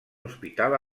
hospital